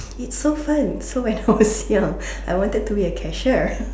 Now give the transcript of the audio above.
it's so fun so when I was young I wanted to be a cashier